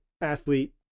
athlete